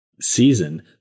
season